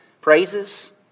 praises